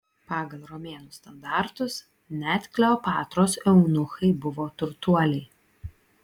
pagal romėnų standartus net kleopatros eunuchai buvo turtuoliai